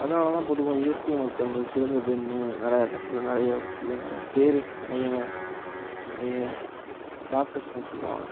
அதனால தான் பொதுவாக இயற்கை மருத்துவங்கள் சிறந்ததுன்னு நிறையா இடத்துல நிறைய பேர் நிறைய நிறைய டாக்டர்ஸெலாம் சொல்வாங்க